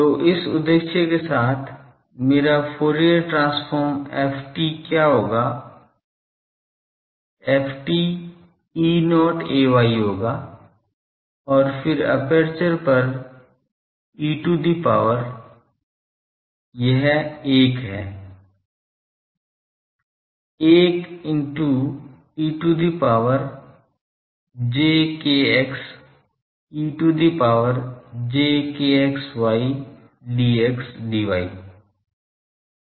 तो इस उद्देश्य के साथ मेरा फूरियर ट्रांसफॉर्म ft क्या होगा ft E0 ay होगा और फिर एपर्चर पर e to the power यह 1 है 1 into e to the power j kx e to the power j ky y dxdy